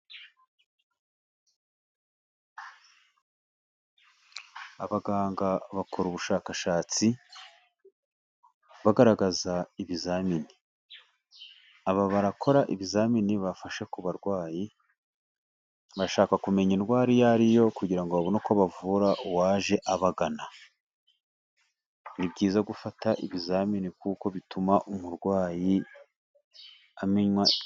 Abaganga bakora ubushakashatsi bagaragaza ibiza mini, aba barakora ibizamini bafashe ku barwayi bashaka kumenya indwara iyo ariyo kugira babone uko bavura uwaje abagana. Ni byiza gufata ibizamini kuko bituma umurwayi amenywa.